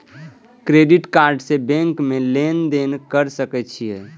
Credit card से bank में लेन देन कर सके छीये?